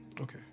Okay